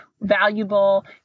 valuable